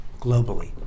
globally